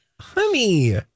honey